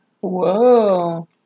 Whoa